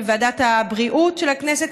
בוועדת הבריאות של הכנסת,